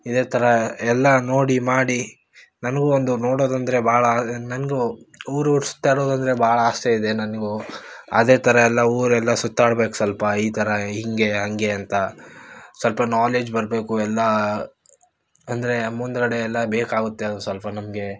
ಇದೇ ಥರ ಎಲ್ಲ ನೋಡಿ ಮಾಡಿ ನನಗೂ ಒಂದು ನೋಡೋದಂದರೆ ಭಾಳ ನನಗೂ ಊರೂರು ಸುತ್ತಾಡೋದಂದರೆ ಭಾಳ ಆಸೆ ಇದೆ ನನಗೂ ಅದೇ ಥರ ಎಲ್ಲ ಊರೆಲ್ಲ ಸುತ್ತಾಡ್ಬೇಕು ಸ್ವಲ್ಪ ಈ ಥರ ಹೀಗೇ ಹಾಗೇ ಅಂತ ಸ್ವಲ್ಪ ನಾಲೆಜ್ ಬರಬೇಕು ಎಲ್ಲ ಅಂದರೆ ಮುಂದುಗಡೆ ಎಲ್ಲ ಬೇಕಾಗುತ್ತೆ ಅದು ಸ್ವಲ್ಪ ನಮಗೆ